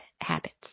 habits